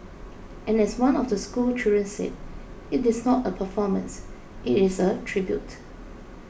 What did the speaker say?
and as one of the schoolchildren said it is not a performance it is a tribute